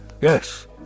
Yes